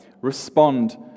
respond